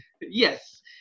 yes